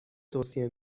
توصیه